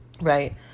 right